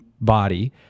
body